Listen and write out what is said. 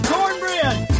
Cornbread